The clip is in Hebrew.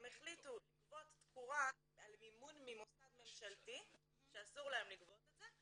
הם החליטו לגבות תקורה על מימון ממוסד ממשלתי שאסור להם לגבות את זה,